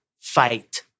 fight